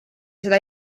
seda